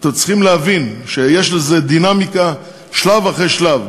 צריכים להבין שיש לזה דינמיקה, שלב אחרי שלב.